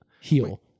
heal